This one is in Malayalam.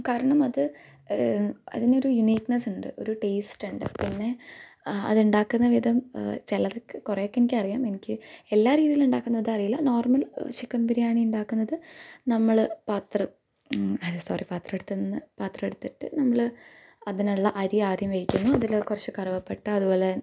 കാരണമത് അതിനൊരു യൂണിക്ക്നസ് ഉണ്ട് ഒരു ടേസ്റ്റ് ഉണ്ട് പിന്നെ അത് ഉണ്ടാക്കുന്ന വിധം ചിലതൊക്കെ കുറെ എനിക്കറിയാം എനിക്ക് എല്ലാ രീതിയിലും ഉണ്ടാക്കുന്നത് അറിയില്ല നോർമൽ ചിക്കൻ ബിരിയാണി ഉണ്ടാക്കുന്നത് നമ്മള് പാത്രം അയ്യോ സോറി പാത്രമെടുത്ത് പാത്രമെടുത്തിട്ട് നമ്മള് അതിന് ഉള്ള അരി ആദ്യം വേവിക്കുന്നു അതില് കുറച്ച് കറുവപ്പട്ട അതുപോലെ നാ